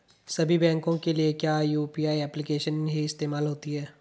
सभी बैंकों के लिए क्या यू.पी.आई एप्लिकेशन ही इस्तेमाल होती है?